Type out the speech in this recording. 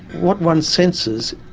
what one senses,